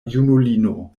junulino